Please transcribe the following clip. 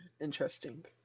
interesting